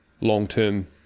long-term